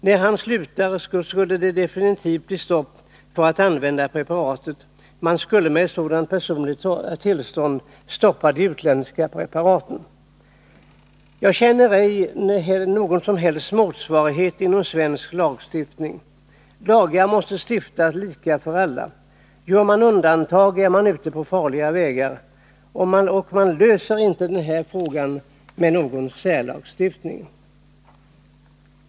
När han slutar skulle det bli definitivt stopp för användning av preparatet. Man skulle med ett sådant personligt tillstånd stoppa de utländska preparaten. Jag känner ej till någon som helst motsvarighet inom svensk lagstiftning. Lagar måste stiftas lika för alla. Gör man undantag är man ute på farliga vägar. Och man löser inte den här frågan med någon särlagstiftning.